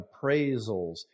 appraisals